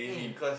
mm